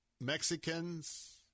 Mexicans